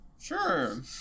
Sure